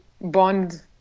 bond